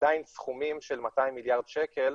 עדיין סכומים של 200 מיליארד שקל,